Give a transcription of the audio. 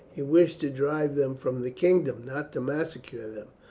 he wished to drive them from the kingdom, not to massacre them